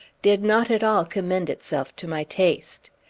did not at all commend itself to my taste.